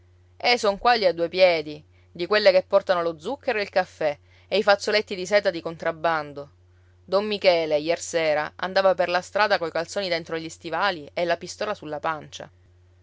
e son quaglie a due piedi di quelle che portano lo zucchero e il caffè e i fazzoletti di seta di contrabbando don michele ier sera andava per la strada coi calzoni dentro gli stivali e la pistola sulla pancia